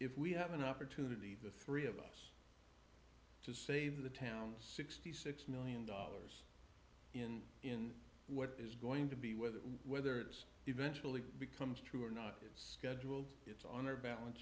if we have an opportunity the three of us to save the town sixty six million dollars in in what is going to be whether whether it's eventually becomes true or not it's scheduled it's on our balance